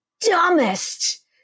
dumbest